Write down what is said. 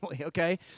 okay